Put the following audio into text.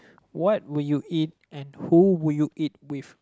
what would you eat and who would you eat with